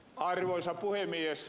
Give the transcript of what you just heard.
arvoisa puhemies